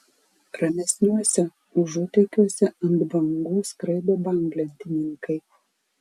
ramesniuose užutekiuose ant bangų skraido banglentininkai